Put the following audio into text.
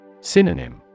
Synonym